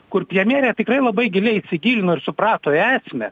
kur pjemjerė tikrai labai giliai įsigilino ir suprato esmę